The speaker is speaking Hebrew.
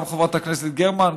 גם חברת הכנסת גרמן,